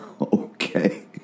Okay